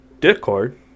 Discord